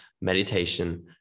meditation